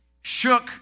shook